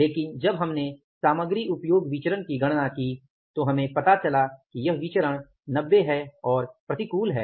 लेकिन जब हमने सामग्री उपयोग विचरण की गणना की तो हमें पता चला कि यह विचरण 90 प्रतिकूल है